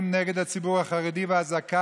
בשמחה.